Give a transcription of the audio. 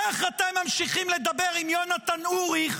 איך אתם ממשיכים לדבר עם יונתן אוריך,